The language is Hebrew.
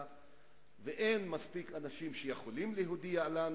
ואין מספיק אנשים שיכולים להודיע לנו.